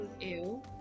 Ew